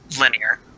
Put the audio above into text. linear